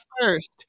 first